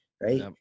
right